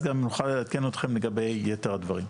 גם נוכל לעדכן אותכם לגבי יתר הדברים.